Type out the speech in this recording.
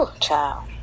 child